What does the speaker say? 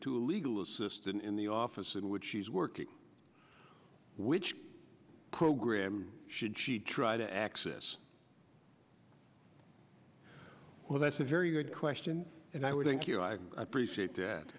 to a legal assistant in the office in which she's working which program should she try to access well that's a very good question and i would think you know i appreciate that